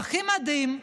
והכי מדהים,